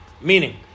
meaning